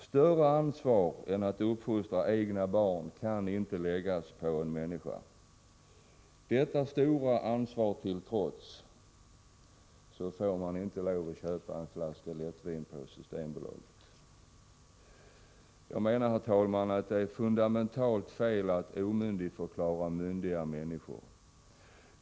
Större ansvar än att uppfostra egna barn kan inte läggas på en människa. Detta stora ansvar till trots får man inte köpa en flaska lättvin på Systembolaget, om man inte är 20 år. Jag menar, herr talman, att det är fundamentalt fel att omyndigförklara myndiga människor.